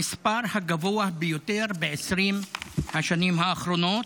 המספר הגבוה ביותר ב-20 השנים האחרונות,